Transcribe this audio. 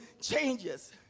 changes